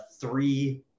three